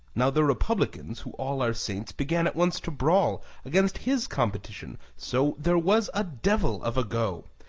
now, the republicans, who all are saints, began at once to bawl against his competition so there was a devil of a go!